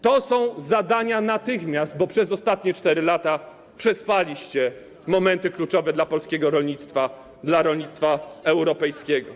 To są zadania natychmiast, bo przez ostatnie 4 lata przespaliście momenty kluczowe dla polskiego rolnictwa, dla rolnictwa europejskiego.